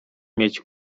mieć